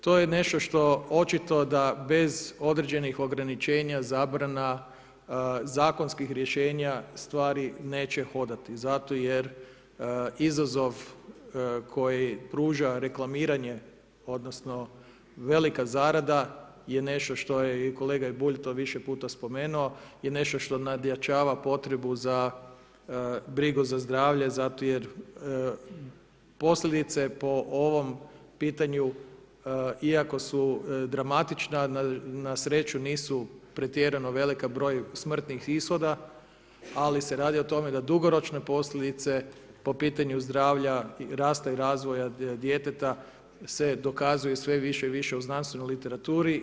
To je nešto što očito da bez određenih ograničenja zabrana zakonskih rješenja stvari neće hodati zato jer izazov koji pruža reklamiranje odnosno velika zarada je nešto što je i kolega Bulj to više put spomenuo, je nešto što nadjačava potrebu za brigu za zdravlje zato jer posljedice po ovom pitanju iako su dramatična, na sreću nisu pretjerano velika broj smrtnih ishoda, ali se radi o tome da dugoročne posljedice po pitanju zdravlja, rasta i razvoja djeteta se dokazuje sve više i više u znanstvenoj literaturi.